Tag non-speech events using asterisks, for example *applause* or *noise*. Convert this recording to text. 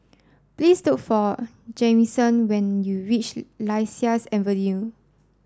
please look for Jamison when you reach *noise* Lasia Avenue